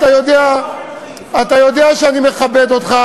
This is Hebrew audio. אבל היו גם חברים מהאופוזיציה שתמכו בזה,